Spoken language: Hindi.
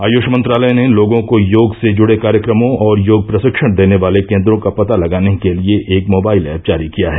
आयुष मंत्रालय ने लोगों को योग से जुड़े कार्यक्रमों और योग प्रशिक्षण देने वाले केंद्रों का पता लगाने के लिए एक मोबाइल ऐप जारी किया है